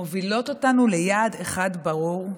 מובילות אותנו ליעד אחד ברור.